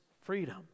freedom